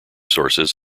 sources